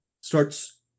starts